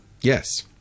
Yes